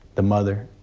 the mother.